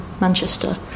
Manchester